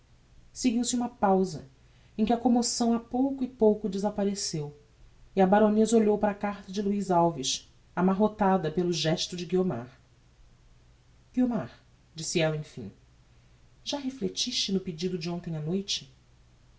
seguiu-se uma pausa em que a commoção a pouco e pouco desappareceu e a baroneza olhou para a carta de luiz alves amarrotada pelo gesto de guiomar guiomar disse ella emfim já reflectiste no pedido de hontem á noite